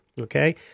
okay